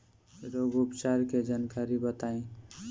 रोग उपचार के जानकारी बताई?